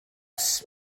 bws